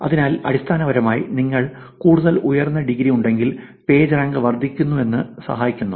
അതിനാൽ അടിസ്ഥാനപരമായി നിങ്ങൾക്ക് കൂടുതൽ ഉയർന്ന ഡിഗ്രി ഉണ്ടെങ്കിൽ പേജ് റാങ്ക് വർദ്ധിപ്പിക്കുന്നതിന് സഹായിക്കുന്നു